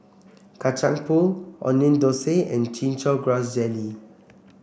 Kacang Pool Onion Thosai and Chin Chow Grass Jelly